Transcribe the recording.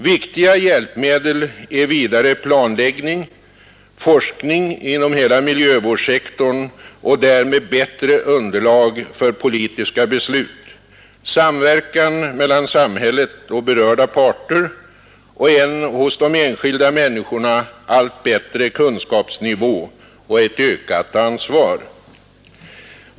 Viktiga hjälpmedel är vidare planläggning, forskning inom hela miljövårdsektorn och därmed bättre underlag för politiska beslut, samverkan mellan samhället och berörda parter och en hos de enskilda människorna allt bättre kunskapsnivå och ökat ansvar.